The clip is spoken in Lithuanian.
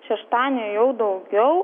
šeštadienį jau daugiau